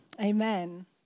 amen